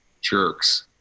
jerks